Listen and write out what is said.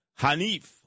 Hanif